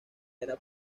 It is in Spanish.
era